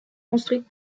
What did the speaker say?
construites